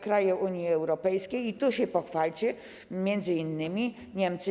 Kraje Unii Europejskiej - tu się pochwalcie - m.in. Niemcy.